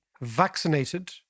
vaccinated